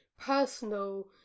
personal